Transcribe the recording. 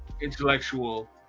intellectual